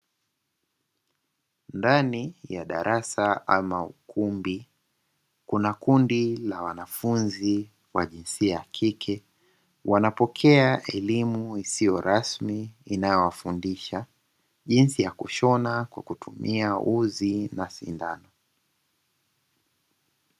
Ndani ya darasa ama ukumbi kuna kundi la wanafunzi wa jinsia ya kike, wanapokea elimu isiyo rasmi inayo wafundisha jinsi ya kushona kwa kutumia uzi na sindano